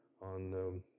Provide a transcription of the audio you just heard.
on